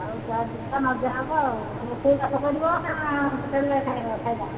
ଆଉ ଯିବା ମଜା ହେବ ଆଉ ରୋଷେଇବାସ କରିବ ନା ହୋଟେଲରେ ଖାଇବା ହେବ